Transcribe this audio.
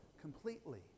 completely